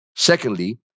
Secondly